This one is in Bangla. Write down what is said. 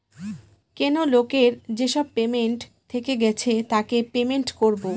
কেনো লোকের যেসব পেমেন্ট থেকে গেছে তাকে পেমেন্ট করবো